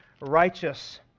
righteous